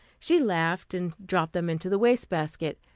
she laughed and dropped them into the wastebasket.